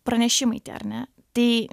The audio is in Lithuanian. pranešimai tie ar ne tai